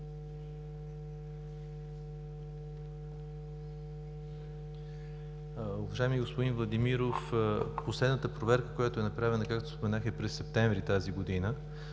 Уважаеми господин Владимиров, последната проверка, която е направена, както споменах, е през септември тази година.